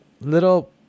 little